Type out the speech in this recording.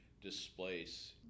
displace